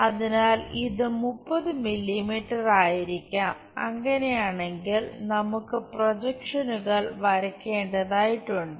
അതിനാൽ ഇത് 30 മില്ലീമീറ്ററായിരിക്കാം അങ്ങനെയാണെങ്കിൽ നമുക്ക് പ്രൊജക്ഷനുകൾ വരക്കേണ്ടതായിട്ടുണ്ട്